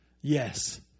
Yes